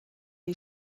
die